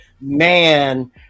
man